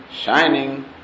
shining